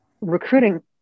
recruiting